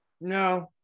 No